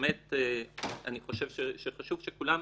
אני באמת חושב שכולם